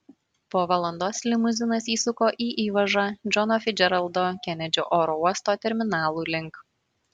po valandos limuzinas įsuko į įvažą džono ficdžeraldo kenedžio oro uosto terminalų link